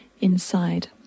inside